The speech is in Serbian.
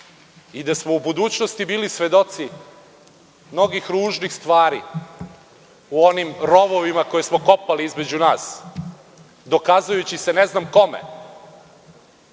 Da smo u budućnosti bili svedoci mnogih ružnih stvari u onim rovovima koje smo kopali između nas, dokazujući se ne znam kome,